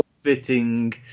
fitting